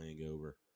hangover